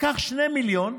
לקח 2 מיליון,